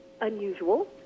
unusual